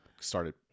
started